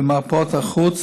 במרפאות החוץ.